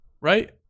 right